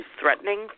threatening